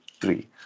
three